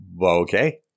Okay